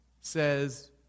says